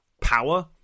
power